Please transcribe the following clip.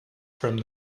from